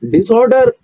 Disorder